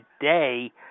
today